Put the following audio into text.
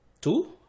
two